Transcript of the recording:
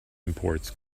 imports